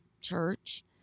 Church